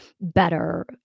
better